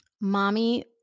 mommy